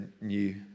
new